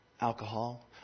Alcohol